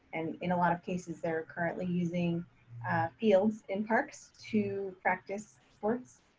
and in a lot of cases, they're currently using fields in parks to practice sports.